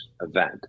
event